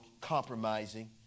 compromising